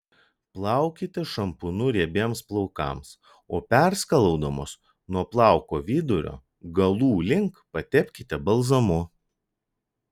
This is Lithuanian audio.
plaukite šampūnu riebiems plaukams o perskalaudamos nuo plauko vidurio galų link patepkite balzamu